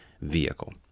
vehicle